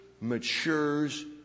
matures